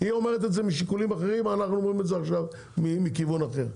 היא אומרת את זה משיקולים אחרים אנחנו אומרים את זה עכשיו מכיוון אחר,